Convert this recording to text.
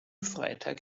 freitag